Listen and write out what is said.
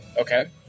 Okay